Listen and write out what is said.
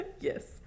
Yes